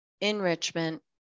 enrichment